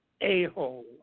a-hole